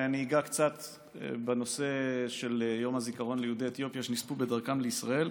אני אגע קצת בנושא של יום הזיכרון ליהודי אתיופיה שנספו בדרכם לישראל,